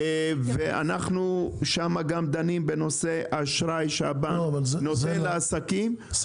ואנחנו גם דנים שם בנושא של אשראי שהבנק נותן לעסקים --- לא,